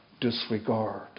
disregard